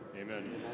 amen